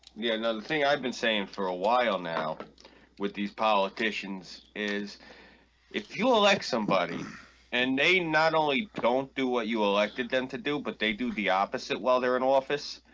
yeah i've been saying for a while now with these politicians is if you elect somebody and they not only don't do what you elected them to do, but they do the opposite while they're in office